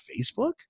Facebook